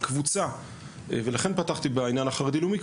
ולכן פתחתי בעניין החרדי-לאומי,